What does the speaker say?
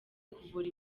kuvura